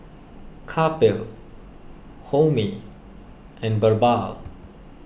Kapil Homi and Birbal